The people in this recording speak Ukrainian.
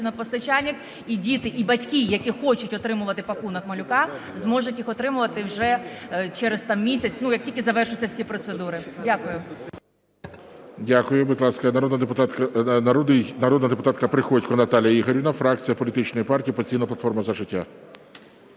постачальник. І діти, і батьки, які хочуть отримувати "пакунок малюка", зможуть його отримувати вже через там місяць, ну, як тільки завершаться всі процедури. Дякую. ГОЛОВУЮЧИЙ. Дякую. Будь ласка, народна депутатка Приходько Наталія Ігорівна, фракція політичної партії "Опозиційна платформа – За життя".